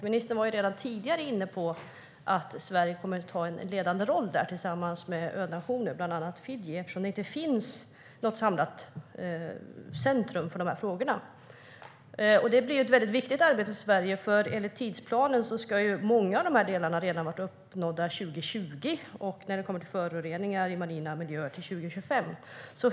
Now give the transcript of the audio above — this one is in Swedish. Ministern var redan tidigare inne på att Sverige kommer att ta en ledande roll där tillsammans med önationer, bland annat Fiji, eftersom det inte finns något samlat centrum för dessa frågor. Det är ett viktigt arbete för Sverige, för enligt tidsplanen ska mycket av detta vara uppnått redan 2020 och när det gäller föroreningar i marina miljöer 2025.